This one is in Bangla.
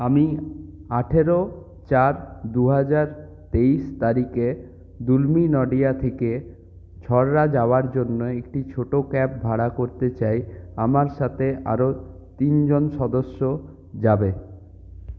আমি আঠেরো চার দুহাজার তেইশ তারিখে দুলমি নডিহা থেকে ছারহা যাওয়ার জন্য একটি ছোটো ক্যাব ভাড়া করতে চাই আমার সাথে আরও তিনজন সদস্য যাবে